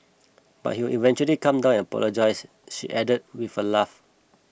but he would eventually calm down and apologise she added with a laugh